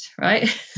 right